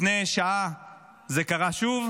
לפני שעה זה קרה שוב.